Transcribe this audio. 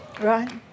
Right